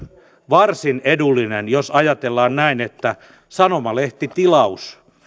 varsin edullinen jos ajatellaan näin että sanomalehtitilaus